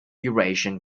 eurasian